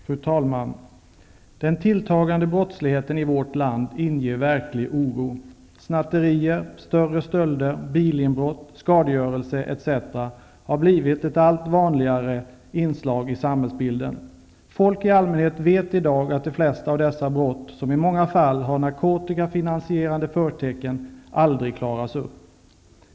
Fru talman! Den tilltagande brottsligheten i vårt land inger verklig oro. Snatterier, större stölder, bilinbrott, skadegörelse etc. har blivit allt vanligare i samhället. Folk i allmänhet vet i dag att de flesta av dessa brott, som i många fall har narkotikafinansiering som förtecken, aldrig klaras upp.